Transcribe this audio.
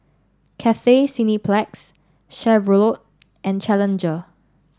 Cathay Cineplex Chevrolet and Challenger